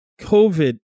COVID